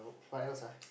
what else ah